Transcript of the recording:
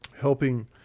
helping